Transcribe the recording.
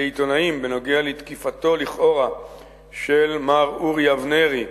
עיתונאים בנוגע לתקיפתו לכאורה של מר אורי אבנרי.